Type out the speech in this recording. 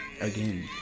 again